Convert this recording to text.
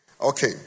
Okay